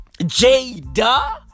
Jada